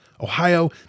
Ohio